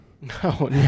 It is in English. No